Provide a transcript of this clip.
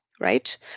right